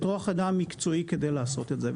וכוח אדם מקצועי כדי לעשות את זה,